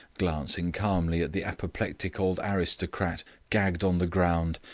glancing calmly at the apoplectic old aristocrat gagged on the ground,